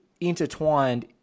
intertwined